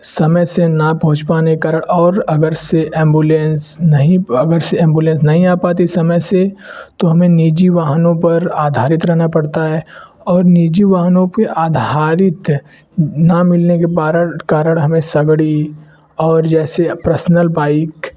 समय से ना पहुँच पाने कारण और अगर से ऐम्बुलेंस नहीं अगर से ऐम्बुलेंस नहीं आ पाती समय से तो हमें निजी वाहनों पर आधारित रहना पड़ता है और निजी वाहनों पे आधारित ना मिलने के बारण कारण हमें सगड़ी और जैसे प्रसनल बाइक